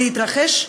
להתרחש.